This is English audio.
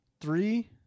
three